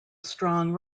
strong